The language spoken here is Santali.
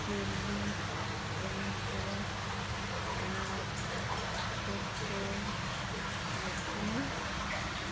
ᱪᱚᱞᱞᱤᱥ ᱯᱚᱧᱪᱟᱥ ᱥᱟᱴᱷ ᱥᱚᱛᱛᱚᱨ ᱟᱥᱤ